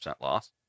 loss